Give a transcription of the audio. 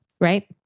right